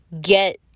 get